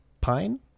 Pine